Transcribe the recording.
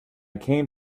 came